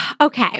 Okay